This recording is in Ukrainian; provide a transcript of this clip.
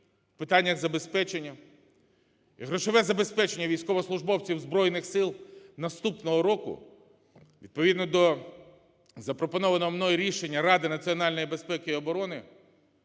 питаннях забезпечення. І грошове забезпечення військовослужбовців Збройних Сил наступного року відповідно до запропонованого мною рішення Ради національної безпеки і оборони